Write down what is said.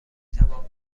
تمام